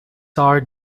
sour